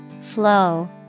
Flow